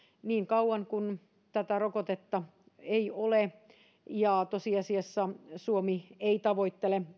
niin kauan kuin rokotetta ei ole ja tosiasiassa suomi ei tavoittele laumasuojaa